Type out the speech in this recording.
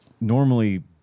normally